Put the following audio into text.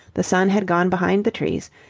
the sun had gone behind the trees,